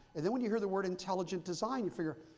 and then when you hear the word intelligent design, you figure,